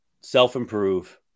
self-improve